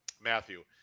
Matthew